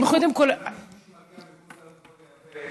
למה מישהו שמגיע מחוץ לארץ יכול לייבא,